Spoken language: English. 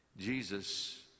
Jesus